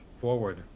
forward